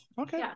okay